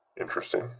Interesting